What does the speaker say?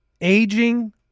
aging